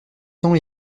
tant